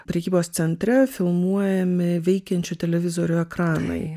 prekybos centre filmuojami veikiančių televizorių ekranai